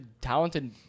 talented